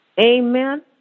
Amen